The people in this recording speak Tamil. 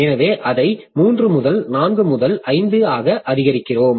எனவே அதை 3 முதல் 4 முதல் 5 ஆக அதிகரிக்கிறோம்